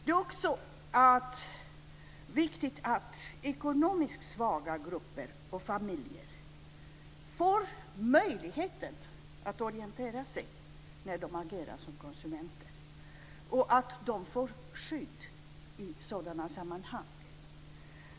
Det är också viktigt att ekonomiskt svaga grupper och familjer får möjligheten att kunna orientera sig när de agerar som konsumenter och att de kan få ett skydd i sådana sammanhang.